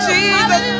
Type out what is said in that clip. Jesus